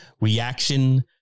reaction